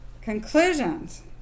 conclusions